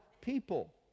people